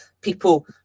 people